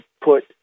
put